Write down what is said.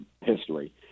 history